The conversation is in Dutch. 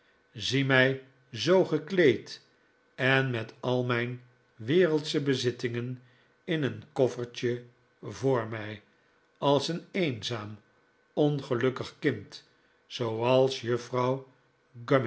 zie mij zoo gekleed en met al mijn wereldsche bezittingen in een koffertje voor mij als een eenzaam ongelukkig kind